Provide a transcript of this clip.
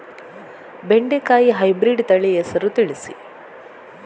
ಬೆಂಡೆಕಾಯಿಯ ಹೈಬ್ರಿಡ್ ತಳಿ ಹೆಸರು ತಿಳಿಸಿ?